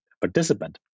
participant